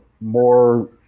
more